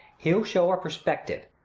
he'll shew a perspective,